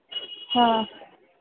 हा